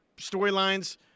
storylines